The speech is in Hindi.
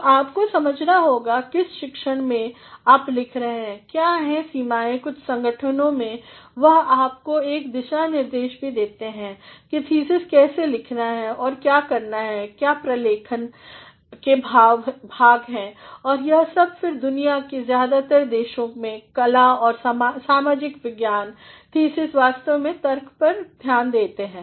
तो आपको समझना होगा किस शिक्षण में आप लिख रहे हैं क्या हैं सीमाएं कुछ संगठनों में वह आपको एक दिशानिर्देशकभी देते हैं कि थीसिस कैसे लिखनाहै और क्या हैं प्रलेखन के भाग और यह सब और फिर दुनिया की ज़्यादातर देशों में कला और सामाजिक विज्ञान थीसिस वास्तव में तर्क पर ध्यान देते हैं